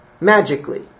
Magically